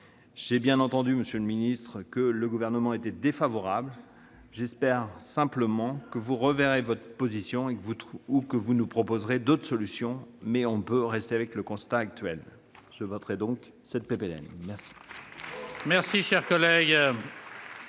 J'ai bien entendu, monsieur le ministre, que le Gouvernement y était défavorable. J'espère simplement que vous reverrez votre position ou que vous nous proposerez d'autres solutions. Nous ne pouvons en rester à la situation actuelle. Je voterai cette proposition